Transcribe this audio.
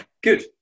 Good